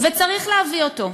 וצריך להביא אותו,